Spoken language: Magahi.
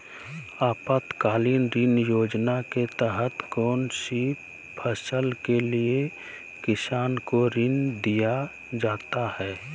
आपातकालीन ऋण योजना के तहत कौन सी फसल के लिए किसान को ऋण दीया जाता है?